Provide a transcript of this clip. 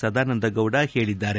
ಸದಾನಂದಗೌಡ ಹೇಳಿದ್ದಾರೆ